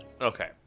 Okay